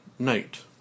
Night